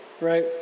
right